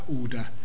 order